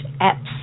apps